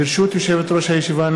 ברשות יושבת-ראש הישיבה,